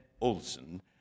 Olson